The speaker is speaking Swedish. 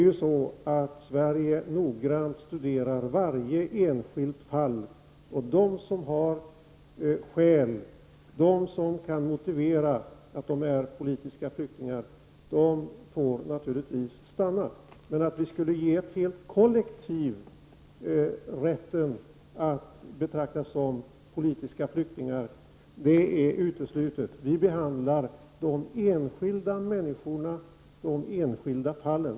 Sverige studerar noggrant varje enskilt fall, och de som har skäl, de som kan motivera att de är politiska flyktingar, får naturligtvis stanna. Men att vi skulle ge ett helt kollektiv rätten att betraktas som politiska flyktingar är uteslutet. Vi behandlar de enskilda människorna, de enskilda fallen.